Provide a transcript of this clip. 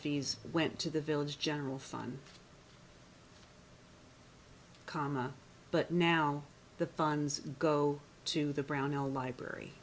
fees went to the village general fund comma but now the funds go to the brownell library